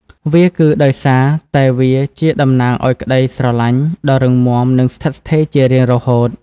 វាគឺដោយសារតែវាជាតំណាងឱ្យក្តីស្រឡាញ់ដ៏រឹងមាំនិងស្ថិតស្ថេរជារៀងរហូត។